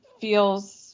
feels